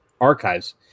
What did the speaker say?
archives